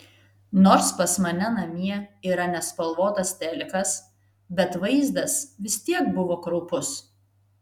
nors pas mane namie yra nespalvotas telikas bet vaizdas vis tiek buvo kraupus